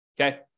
okay